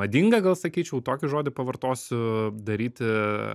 madinga gal sakyčiau tokį žodį pavartosiu daryti